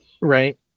right